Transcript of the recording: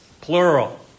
plural